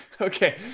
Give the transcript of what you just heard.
Okay